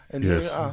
Yes